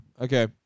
okay